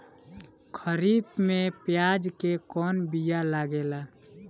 खरीफ में प्याज के कौन बीया लागेला?